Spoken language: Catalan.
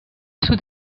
sud